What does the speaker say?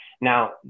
Now